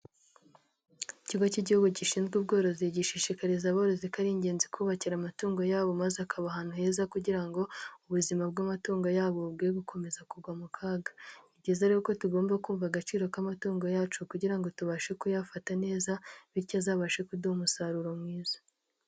Ikigo cy'Igihugu gishinzwe ubworozi, gishishikariza abarozi ko ari ingenzi kubakira amatungo yabo maze akaba ahantu heza, kugira ngo ubuzima bw'amatungo yabo bwe gukomeza kugwa mu kaga, ni byiza rero ko tugomba kumva agaciro k'amatungo yacu, kugira ngo tubashe kuyafata neza bityo azabashe kuduha umusaruro mwiza.